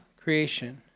creation